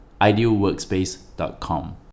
idealworkspace.com